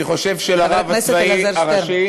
אני חושב שלרב הצבאי הראשי,